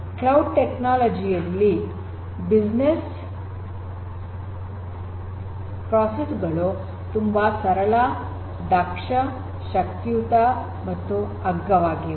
cloud technology ನಲ್ಲಿ business process ಗಳು ತುಂಬಾ ಸರಳ ದಕ್ಷ ಶಕ್ತಿಯುತ ಮತ್ತು ಅಗ್ಗವಾಗಿವೆ